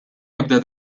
ebda